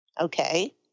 Okay